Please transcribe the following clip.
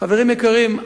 חברים יקרים,